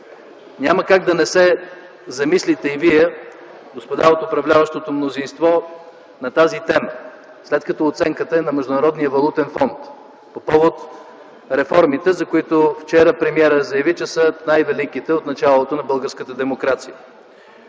Няма как да не се замислите и Вие, господа от управляващото мнозинство на тази тема, след като оценката е на Международния валутен фонд по повод реформите, за които вчера премиерът заяви, че са най-великите от началото на българската демокрация.